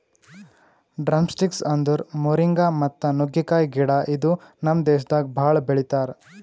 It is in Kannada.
ಡ್ರಮ್ಸ್ಟಿಕ್ಸ್ ಅಂದುರ್ ಮೋರಿಂಗಾ ಮತ್ತ ನುಗ್ಗೆಕಾಯಿ ಗಿಡ ಇದು ನಮ್ ದೇಶದಾಗ್ ಭಾಳ ಬೆಳಿತಾರ್